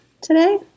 today